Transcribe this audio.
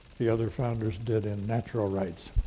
the other founders did, in natural rights,